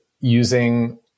using